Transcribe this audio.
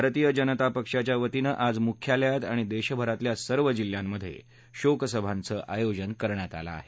भारतीय जनता पक्षाच्या वतीनं आज मुख्यालयात आणि देशभरातल्या सर्व जिल्ह्यांमध्ये शोकसभांच आयोजन करण्यात आलं आहे